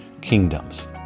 kingdoms